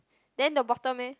then the bottom eh